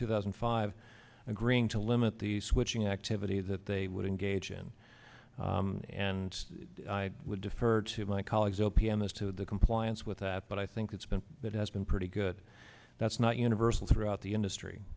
two thousand and five agreeing to limit the switching activity that they would engage in and i would defer to my colleagues o p m as to the compliance with that but i think it's been that has been pretty good that's not universal throughout the industry